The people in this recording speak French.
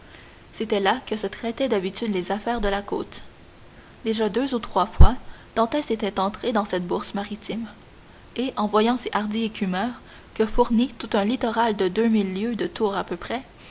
c'était là que se traitaient d'habitude les affaires de la côte déjà deux ou trois fois dantès était entré dans cette bourse maritime et en voyant ces hardis écumeurs que fournit tout un littoral de deux mille lieues de tour à peu près